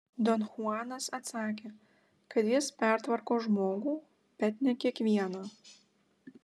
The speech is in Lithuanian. don chuanas atsakė kad jis pertvarko žmogų bet ne kiekvieną